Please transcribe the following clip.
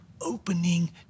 opening